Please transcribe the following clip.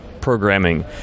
programming